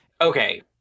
Okay